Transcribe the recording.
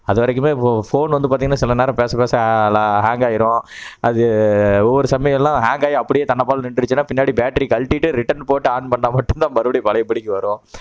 அதுவரைக்குமே போ ஃபோன் வந்து பார்த்தீங்கனா சில நேரம் பேசப்பேச ஹாங்காகிரும் அது ஒவ்வொரு சமயம் எல்லாம் ஹாங்காகி அப்படியே தன்னைப்போல் நின்றுச்சுனா பின்னாடி பேட்ரி கழட்டிவிட்டு ரிட்டன் போட்டு ஆன் பண்ணிணா மட்டும்தான் மறுபடியும் பழையபடிக்கு வரும்